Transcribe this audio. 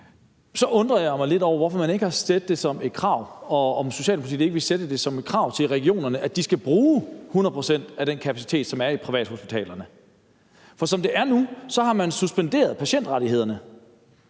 Så undrer jeg mig lidt over, hvorfor man ikke har sat det som et krav til regionerne – og jeg vil spørge, om Socialdemokratiet vil sætte det som et krav – at de skal bruge 100 pct. af den kapacitet, som er på privathospitalerne. For som det er nu, har man suspenderet patientrettighederne,